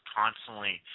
constantly